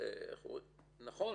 וזה נכון